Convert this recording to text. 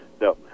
no